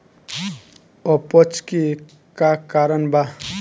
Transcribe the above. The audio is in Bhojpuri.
अपच के का कारण बा?